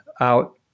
out